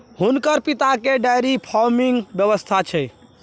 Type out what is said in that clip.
हुनकर पिताकेँ डेयरी फार्मिंगक व्यवसाय छै